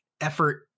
effort